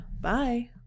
Bye